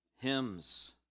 hymns